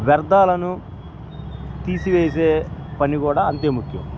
వ్యర్థాలను తీసివేసే పని కూడా అంతే ముఖ్యం